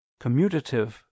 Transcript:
commutative